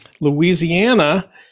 Louisiana